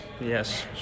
Yes